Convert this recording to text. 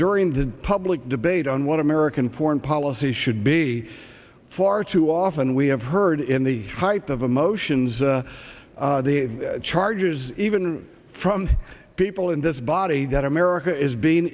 during the public debate on one american foreign policy should be far too often we have heard in the hype of emotions and chargers even from people in this body that america is being